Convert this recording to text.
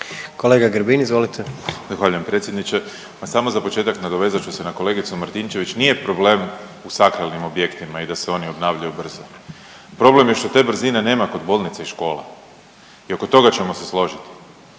Peđa (SDP)** Zahvaljujem predsjedniče. Ma samo za početak nadovezat ću se na kolegicu Martinčević nije problem u sakralnim objektima i da se oni obnavljaju brzo. Problem je što te brzine nema kod bolnica i škola. I oko toga ćemo se složiti,